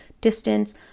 distance